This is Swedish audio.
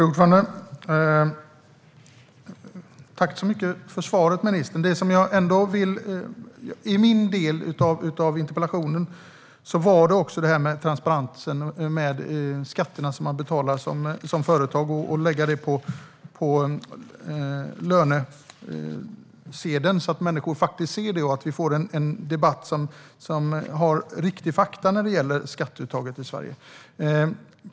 Fru talman! Tack så mycket för svaret, ministern! Min fråga i interpellationen handlade också om det här med transparensen när det gäller skatterna som företagen betalar och om man kan lägga information om detta på lönesedeln så att människor faktiskt ser det och vi får en debatt som bygger på riktiga fakta när det gäller skatteuttaget i Sverige.